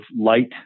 light